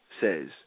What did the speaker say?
says